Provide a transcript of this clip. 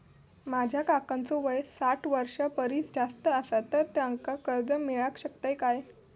माझ्या काकांचो वय साठ वर्षां परिस जास्त आसा तर त्यांका कर्जा मेळाक शकतय काय?